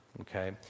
okay